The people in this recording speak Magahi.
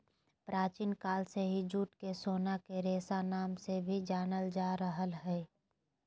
प्राचीन काल से ही जूट के सोना के रेशा नाम से भी जानल जा रहल हय